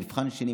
מבחן שני,